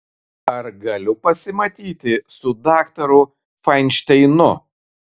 ar galiu pasimatyti su daktaru fainšteinu